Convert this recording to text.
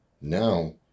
now